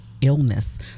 illness